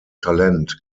talent